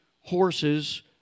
horses